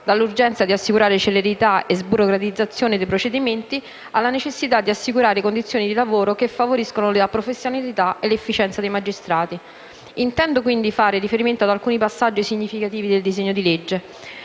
all'urgenza di assicurare celerità e sburocratizzazione dei procedimenti, alla necessità di assicurare condizioni di lavoro che favoriscano la professionalità e l'efficienza dei magistrati. Intendo quindi fare riferimento ad alcuni passaggi significativi del disegno di legge: